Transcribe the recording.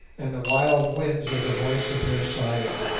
and the wild winds are the voice of their sighing.